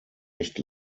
recht